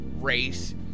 race